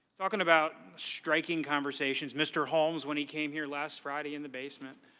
talking about striking conversations. mr. holmes when he came here last friday in the basement,